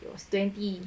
it was twenty